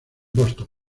boston